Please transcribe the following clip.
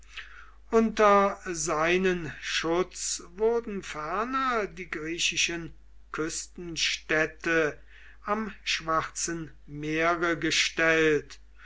unter seinen schutz wurden ferner die griechischen küstenstädte am schwarzen meere gestellt